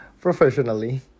professionally